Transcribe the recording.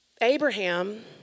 Abraham